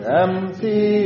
empty